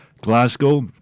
Glasgow